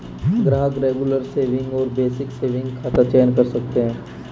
ग्राहक regular saving और basic saving खाता का चयन कर सकते है